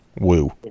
woo